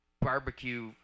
barbecue